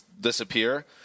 disappear